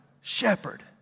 shepherd